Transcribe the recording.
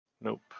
Nope